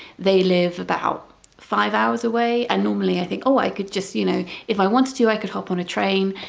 they live about five hours away and normally i think oh, i could just you know if i want to do i could hop on a train